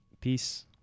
Peace